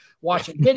watching